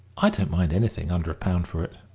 i don't mind anything under a pound for it.